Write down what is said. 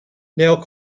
now